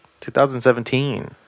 2017